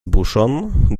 buŝon